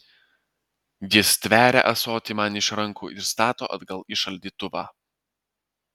ji stveria ąsotį man iš rankų ir stato atgal į šaldytuvą